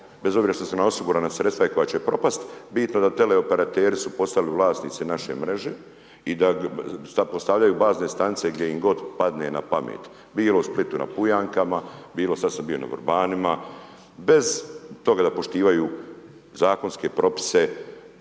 bez obzira što su nam osigurana sredstva i koja će propasti, bitno da tele operateri su postali vlasnici naše mreže i da sad postavljaju bazne stanice gdje god im padne na pamet, bilo u Splitu na Pujankama, bilo, sad sam bio na Vrbanima, bez toga da poštivaju zakonske propise